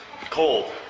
cold